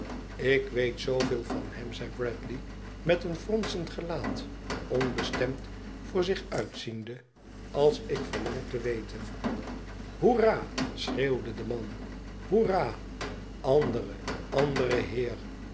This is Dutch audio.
ik weet zooveel van hem zei bradley met een fronsend gelaat onbestemd voor zich uitziende als ik verlang te weten hoeraaa schreeuwde de man hoeraaa andere andere heer